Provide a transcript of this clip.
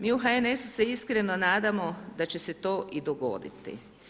Mi u HNS-u se iskreno nadamo da će se to i dogoditi.